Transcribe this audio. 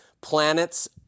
planets